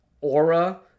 aura